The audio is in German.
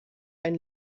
ein